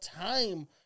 time